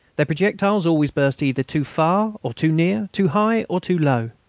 their projectiles always burst either too far or too near, too high or too low.